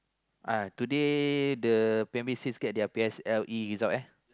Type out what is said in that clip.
uh today the primary six get their P_S_L_E result eh